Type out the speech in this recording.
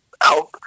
out